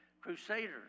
Crusaders